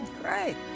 Great